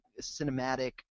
cinematic